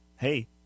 Hey